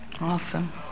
Awesome